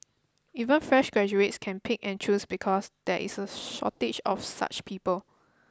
even fresh graduates can pick and choose because there is a shortage of such people